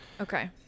okay